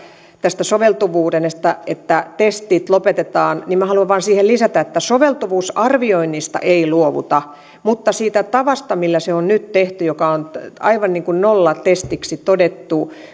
tästä soveltuvuudesta sellainen lievä että testit lopetetaan minä haluan vain siihen lisätä että soveltuvuusarvioinnista ei luovuta vaan siitä tavasta millä se on nyt tehty joka on aivan niin kuin nollatestiksi todettu